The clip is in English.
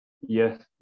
yes